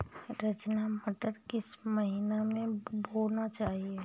रचना मटर किस महीना में बोना चाहिए?